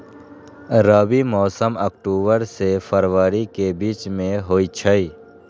रबी मौसम अक्टूबर से फ़रवरी के बीच में होई छई